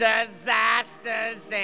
Disasters